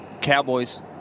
Cowboys